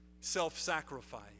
self-sacrifice